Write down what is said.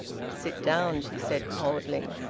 sit down, she said coldly.